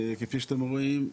כפי שאתם רואים,